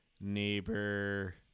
neighbor